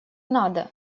надо